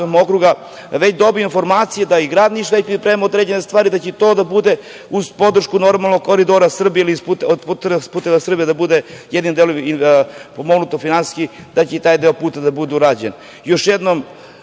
bio dobio informacije da i grad Niš već priprema određene stvari i da će to da bude uz podršku Koridora Srbije ili Puteva Srbije da bude jednim delom pomognuto finansijski i da će taj deo puta da bude urađen. Još